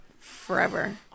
Forever